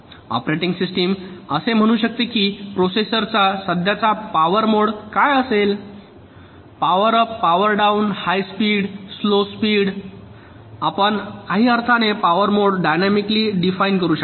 operating system असे म्हणू शकते की प्रोसेसरचा सध्याचा पॉवर मोड काय असेल power up power down high speed slow speed आपण काही अर्थाने पॉवर मोड डायनॅमिकली डिफाइन करू शकता